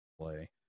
play